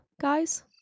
Guys